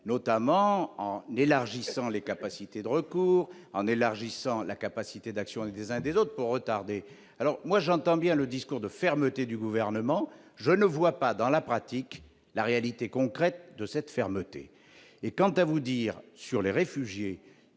notamment en élargissant les capacités de recours en élargissant la capacité d'action des uns des autres pour retarder, alors moi j'entends bien le discours de fermeté du gouvernement, je ne vois pas dans la pratique, la réalité concrète de cette fermeté et quant à vous dire sur les réfugiés